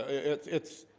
it's it's